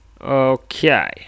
Okay